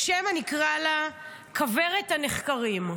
או שמא נקרא לה כוורת הנחקרים.